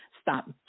Stop